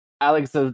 Alex